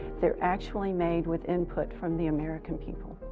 they're, actually, made with input from the american people.